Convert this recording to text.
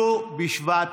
ט"ו בשבט